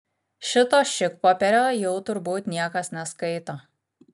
šito šikpopierio jau turbūt niekas neskaito